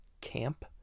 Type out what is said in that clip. camp